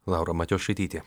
laura matijošaitytė